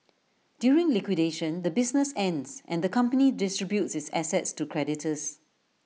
during liquidation the business ends and the company distributes its assets to creditors